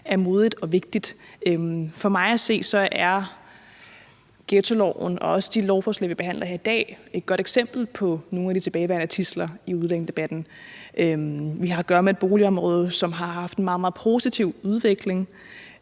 er modigt og vigtigt. For mig at se er ghettoloven og også de lovforslag, vi behandler her i dag, et godt eksempel på, at der er nogle tilbageværende tidsler i udlændingedebatten. Vi har at gøre med et boligområde, som, siden de kom på listen,